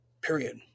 Period